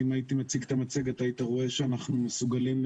אם הייתי מציג את המצגת היית רואה שאנחנו נותנים